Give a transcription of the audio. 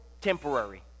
temporary